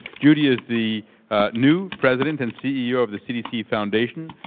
judy is the new president and ceo of the cdc foundation.